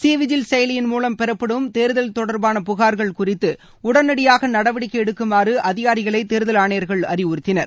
C vigil செயலியின் மூலம் பெறப்படும் தேர்தல் தொடர்பான புகார்கள் குறித்து உடனடியாக நடவடிக்கை எடுக்குமாறு அதிகாரிகளை தேர்தல் ஆணையர்கள் அறிவுறுத்தினர்